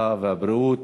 הרווחה והבריאות